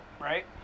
right